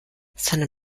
seinem